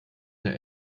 der